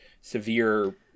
severe